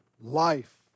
life